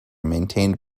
maintained